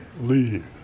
leave